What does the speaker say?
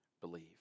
believe